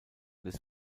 des